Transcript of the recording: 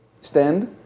stand